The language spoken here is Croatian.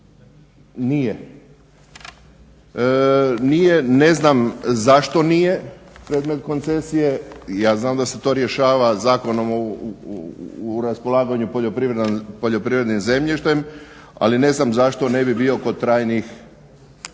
nije, ne znam zašto nije predmet koncesije. Ja znam da se to rješava zakonom u raspolaganju poljoprivrednim zemljištem, ali ne znam zašto ne bi bio kod trajnih.